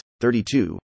32